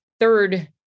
Third